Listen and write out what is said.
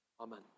Amen